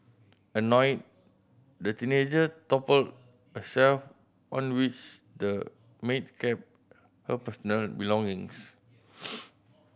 annoyed the teenager toppled a shelf on which the maid kept her personal belongings